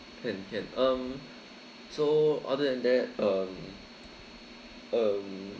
can can um so other than that um um